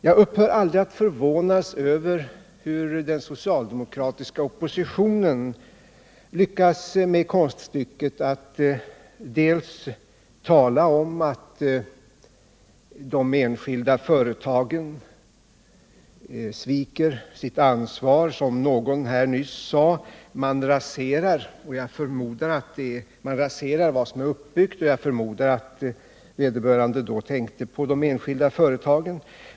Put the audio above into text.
Jag upphör aldrig att förvånas över hur den socialdemokratiska oppositionen lyckas med konststycket att tala om att de enskilda företagen sviker sitt ansvar eller som någon nyss här sade ”raserar vad som är uppbyggt”. Jag förmodar att vederbörande då tänkte på de enskilda företagen.